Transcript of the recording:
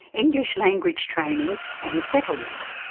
english language training and settlement.